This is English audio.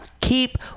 keep